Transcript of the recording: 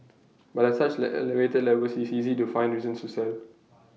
but at such elevated levels it's easy to find reasons to sell